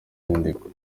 nyandiko